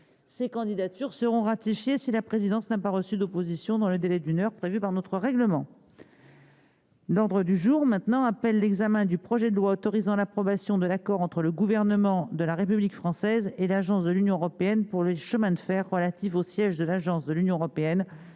Ces candidatures seront ratifiées si la présidence n'a pas reçu d'opposition dans le délai d'une heure prévue par notre règlement. L'ordre du jour appelle l'examen du projet de loi autorisant l'approbation de l'accord entre le Gouvernement de la République française et l'Agence de l'Union européenne pour les chemins de fer relatif au siège de l'Agence de l'Union européenne